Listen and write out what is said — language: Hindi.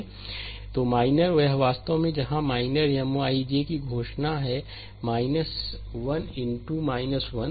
स्लाइड समय देखें 0952 तो माइनर यह वास्तव में यही है जहां माइनर M ij की घोषणा है 1 इन टू 1